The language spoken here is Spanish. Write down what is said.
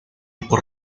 por